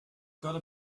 gotta